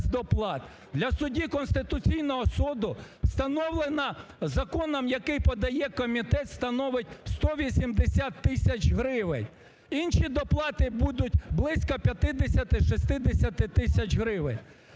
для судді Конституційного суду встановлена законом, який подає комітет, становить 180 тисяч гривень. Інші доплати будуть близько 50-60 тисяч гривень.